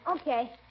Okay